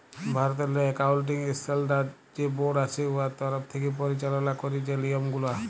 ভারতেরলে accounting standard যে board আছে উয়ার তরফ থ্যাকে পরিচাললা ক্যারে যে লিয়মগুলা